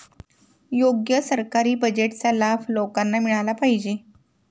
योग्य सरकारी बजेटचा लाभ लोकांना मिळाला पाहिजे